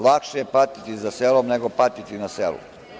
Lakše je patiti za selom, nego patiti na selu.